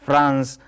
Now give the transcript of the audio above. France